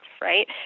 right